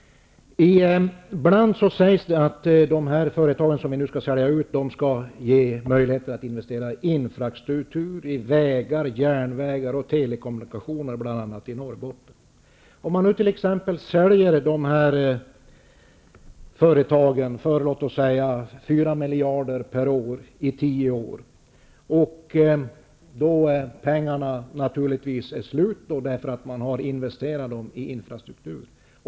Ibland sägs det att de företag som vi nu skall sälja ut skall ge möjligheter att investera i infrastruktur -- vägar, järnvägar och telekommunikation -- bl.a. i Norrbotten. Låt oss nu säga att man säljer de här företagen för 4 miljarder per år i 10 år. Efter den tiden är pengarna naturligtvis slut, eftersom man har investerat dem i infrastruktur.